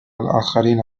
الآخرين